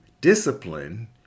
discipline